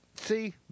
See